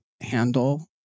handle